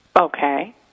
Okay